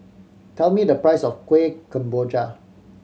tell me the price of Kuih Kemboja